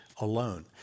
alone